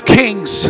kings